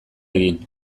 egin